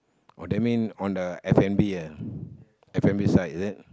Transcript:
oh that mean on the F-and-B ah F-and-B side is it